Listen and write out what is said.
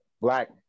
black